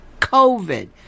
COVID